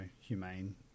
humane